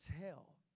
tell